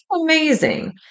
amazing